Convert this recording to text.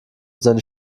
seine